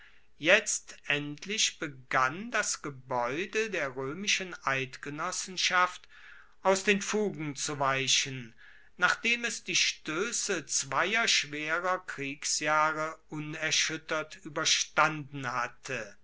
jetzt endlich begann das gebaeude der roemischen eidgenossenschaft aus den fugen zu weichen nachdem es die stoesse zweier schwerer kriegsjahre unerschuettert ueberstanden hatte